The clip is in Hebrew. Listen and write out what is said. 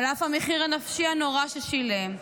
על אף המחיר הנפשי הנורא ששילם,